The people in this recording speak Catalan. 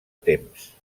temps